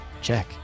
Check